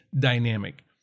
dynamic